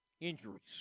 injuries